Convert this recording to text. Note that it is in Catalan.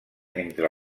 entre